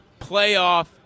Playoff